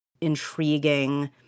intriguing